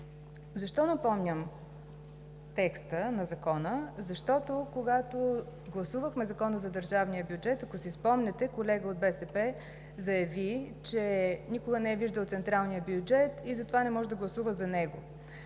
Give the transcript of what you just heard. Защо напомням текста на Закона? Защото, когато гласувахме Закона за държавния бюджет, ако си спомняте, колега от БСП заяви, че никога не е виждал централния бюджет и затова не може да гласува за него.